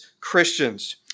Christians